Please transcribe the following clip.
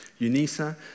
UNISA